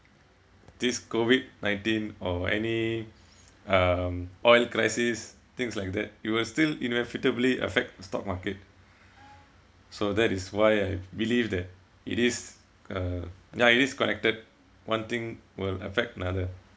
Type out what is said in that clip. this COVID nineteen or any um oil crisis things like that it will still inevitably affect the stock market so that is why I believe that it is uh ya it is connected one thing will affect another